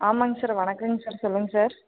ஆமாம்ங்க சார் வணக்கங்க சார் சொல்லுங்கள் சார்